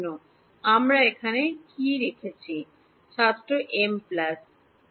0 এবং আমার এখানে কী আছে ছাত্র এম প্লাস 1